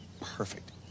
Perfect